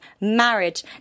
marriage